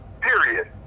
Period